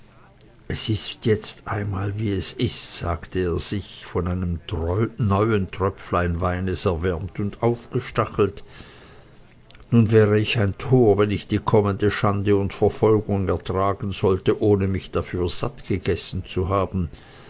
es ist jetzt einmal wie es ist sagte er sich von einem neuen tröpflein weines erwärmt und aufgestachelt nun wäre ich ein tor wenn ich die kommende schande und verfolgung ertragen wollte ohne mich dafür satt gegessen zu haben